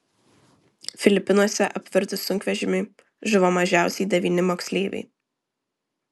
filipinuose apvirtus sunkvežimiui žuvo mažiausiai devyni moksleiviai